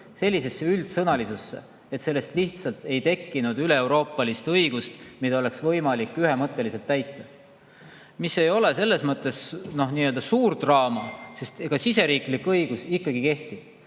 vormi, nii üldsõnaliseks, et sellest lihtsalt ei tekkinud üleeuroopalist õigust, mida oleks võimalik ühemõtteliselt täita. See ei ole suur draama, sest siseriiklik õigus ikkagi kehtib.